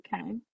Okay